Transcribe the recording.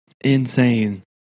insane